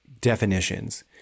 definitions